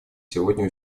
сегодня